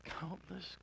countless